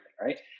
right